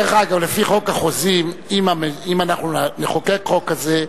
דרך אגב, לפי חוק החוזים, אם אנחנו נחוקק חוק כזה,